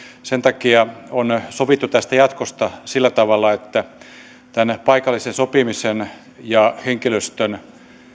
sen takia on on sovittu tästä jatkosta sillä tavalla että paikallisen sopimisen ja henkilöstön